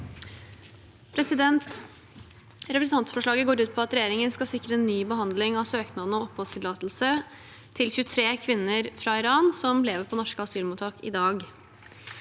Representantfor- slaget går ut på at regjeringen skal sikre ny behandling av søknadene om oppholdstillatelse for 23 kvinner fra Iran som lever på norske asylmottak i dag.